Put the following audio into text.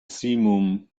simum